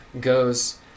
goes